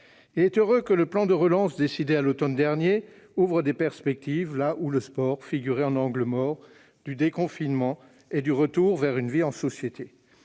Il est heureux que le plan de relance décidé à l'automne dernier ouvre des perspectives, là où le sport figurait dans l'angle mort du déconfinement et du retour vers une vie en société.